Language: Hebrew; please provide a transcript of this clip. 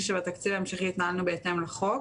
ובתקציב ההמשכי התנהלנו בהתאם לחוק.